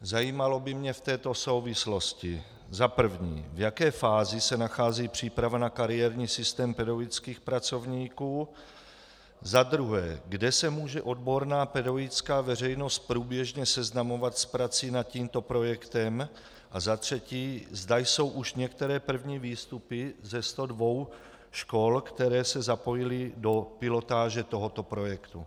Zajímalo by mě v této souvislosti za prvé, v jaké fázi se nachází příprava na kariérní systém pedagogických pracovníků, za druhé, kde se může odborná pedagogická veřejnost průběžně seznamovat s prací nad tímto projektem, a za třetí, zda jsou už některé první výstupy ze 102 škol, které se zapojily do pilotáže tohoto projektu.